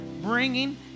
bringing